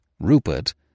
Rupert